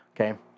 Okay